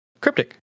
Cryptic